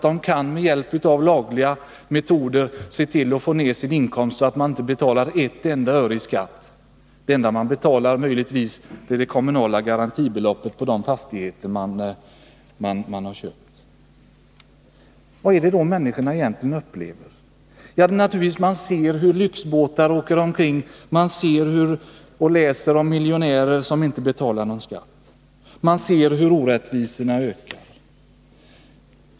De kan med lagliga metoder få ned sin beskattningsbara inkomst så att de inte behöver betala ett enda öre i skatt. Det enda de möjligen betalar är det kommunala garantibeloppet på de fastigheter som de har köpt. Vad är det då människorna egentligen upplever? De ser hur lyxbåtarna åker omkring. De läser om miljonärer som inte betalar någon skatt. De ser hur orättvisorna ökar.